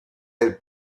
del